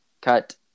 Cut